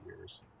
years